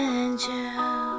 angel